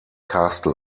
castle